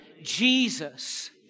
Jesus